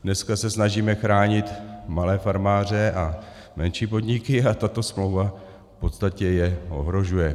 Dneska se snažíme chránit malé farmáře a menší podniky a tato smlouva je v podstatě ohrožuje.